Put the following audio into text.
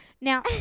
Now